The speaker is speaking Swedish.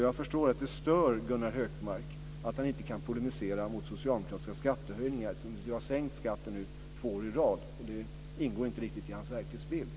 Jag förstår att det stör Gunnar Hökmark att han inte kan polemisera mot socialdemokratiska skattehöjningar, eftersom vi nu har sänkt skatten två år i rad. Det ingår inte riktigt i hans verklighetsbild.